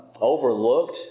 overlooked